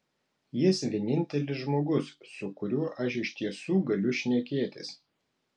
jis vienintelis žmogus su kuriuo aš iš tiesų galiu šnekėtis